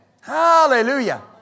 Hallelujah